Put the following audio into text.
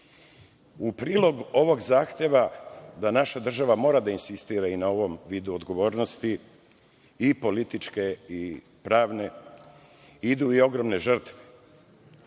prilog ovog zahteva da naša država mora da insistira i na ovom vidu odgovornosti i političke i pravne idu i ogromne žrtve.